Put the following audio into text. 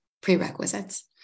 prerequisites